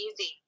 easy